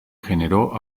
generó